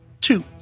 Two